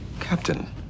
Captain